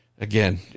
again